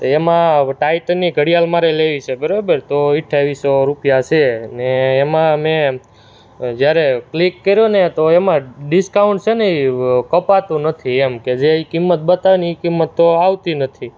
તો એમાં ટાઈટનની ઘડિયાળ મારે લેવી છે બરાબર તો અઠ્ઠાવીસસો રૂપિયા છે ને એમાં મેં જ્યારે ક્લિક કર્યું ને તો એમાં ડિસ્કાઉન્ટ છે ને એ કપાતું નથી એમ કે જે એ કિંમત બતાવે ને એ કિંમત તો આવતી નથી